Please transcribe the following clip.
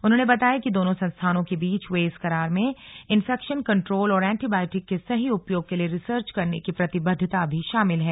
उन्होंने बताया कि दोनों संस्थानों के बीच हुए इस करार में इन्फेक्शन कंट्रोल और एंटीबायोटिक के सही उपयोग के लिए रिसर्च करने की प्रतिबद्धता भी शामिल है